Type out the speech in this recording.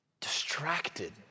Distracted